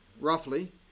roughly